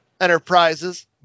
enterprises